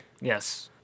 Yes